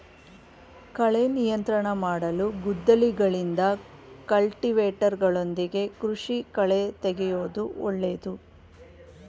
ಕಳೆ ನಿಯಂತ್ರಣ ಮಾಡಲು ಗುದ್ದಲಿಗಳಿಂದ, ಕಲ್ಟಿವೇಟರ್ಗಳೊಂದಿಗೆ ಕೃಷಿ ಕಳೆತೆಗೆಯೂದು ಒಳ್ಳೇದು